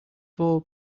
four